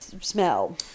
smell